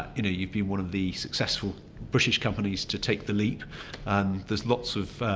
you know you've been one of the successful british companies to take the leap and there's lots of,